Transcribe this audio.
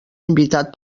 invitat